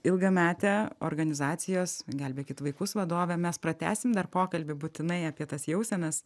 ilgametė organizacijos gelbėkit vaikus vadovė mes pratęsim dar pokalbį būtinai apie tas jausenas